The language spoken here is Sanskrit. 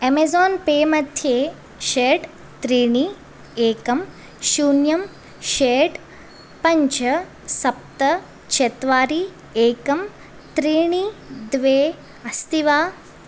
एमेजोन् पेमध्ये षट् त्रीणि एकं शून्यं षट् पञ्च सप्त चत्वारि एकं त्रीणि द्वे अस्ति वा